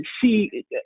see